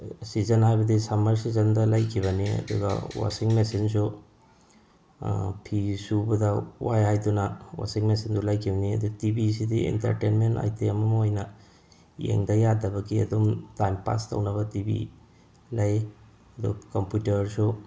season ꯍꯥꯏꯕꯗꯤ ꯁꯃꯔ ꯁꯤꯖꯟꯗ ꯂꯩꯈꯤꯕꯅꯤ ꯑꯗꯨꯒ ꯋꯥꯁꯤꯡ ꯃꯦꯆꯤꯟꯁꯨ ꯐꯤ ꯁꯨꯕꯗ ꯋꯥꯏ ꯍꯥꯏꯗꯨꯅ ꯋꯥꯁꯤꯡ ꯃꯦꯆꯤꯟꯗꯨ ꯂꯩꯈꯤꯕꯅꯤ ꯑꯗꯨ ꯇꯤ ꯚꯤꯁꯤꯗꯤ ꯑꯦꯟꯇꯔꯇꯦꯟꯃꯦꯟ ꯑꯥꯏꯇꯦꯝ ꯑꯃ ꯑꯣꯏꯅ ꯌꯦꯡꯗ ꯌꯥꯗꯕꯒꯤ ꯑꯗꯨꯝ ꯇꯥꯏꯝ ꯄꯥꯁ ꯇꯧꯅꯕ ꯇꯤ ꯚꯤ ꯂꯩ ꯑꯗꯣ ꯀꯝꯄ꯭ꯌꯨꯇꯔꯁꯨ